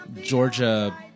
Georgia